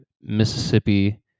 Mississippi